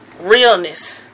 realness